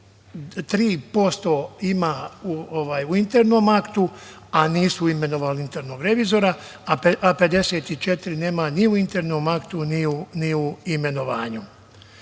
3% ima u internom aktu, a nisu imenovali internog revizora, a 54 nema ni u internom aktu ni u imenovanju. Kada